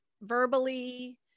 verbally